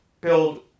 build